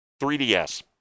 3DS